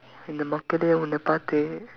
இந்த மக்களே உன்ன பார்த்து:indtha makkalee unna paarththu